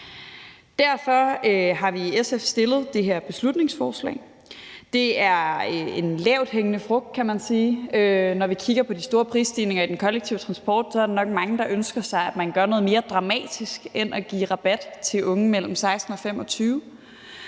Derfor har vi i SF fremsat det her beslutningsforslag. Det er en lavthængende frugt, kan man sige. Men når vi kigger på de store prisstigninger i den kollektive transport, er der nok mange, der ønsker sig, at man gør noget mere dramatisk end at give rabat til unge mellem 16 og 25